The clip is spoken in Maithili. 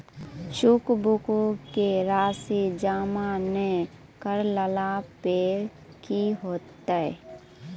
चेकबुको के राशि जमा नै करला पे कि होतै?